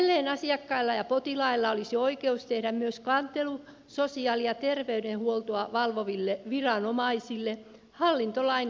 ja edelleen asiakkailla ja potilailla olisi oikeus tehdä myös kantelu sosiaali ja terveydenhuoltoa valvoville viranomaisille hallintolain kantelusäännösten mukaisesti